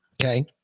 Okay